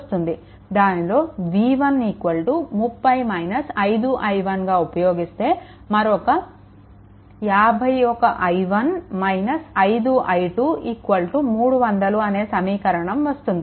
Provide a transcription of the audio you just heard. దానిలో v1 30 - 5i1గా ఉపయోగిస్తే మరొక 51i1 - 5i2 300 అనే సమీకరణం వస్తుంది